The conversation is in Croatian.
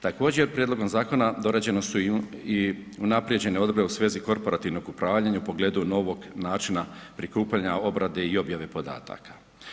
Također prijedlogom zakona dorađena su i unaprijeđene odredbe u svezi korporativnog upravljanja u pogledu novog načina prikupljanja, obrade i objave podataka.